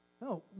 No